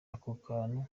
kantu